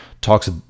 talks